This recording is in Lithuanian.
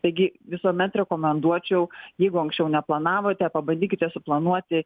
taigi visuomet rekomenduočiau jeigu anksčiau neplanavote pabandykite suplanuoti